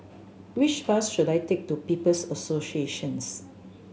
which bus should I take to People's Associations